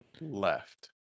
left